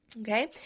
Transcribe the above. Okay